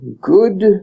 good